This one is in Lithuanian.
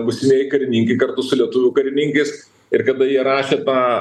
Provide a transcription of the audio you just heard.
būsimieji karininkai kartu su lietuvių karininkais ir kada jie rašė tą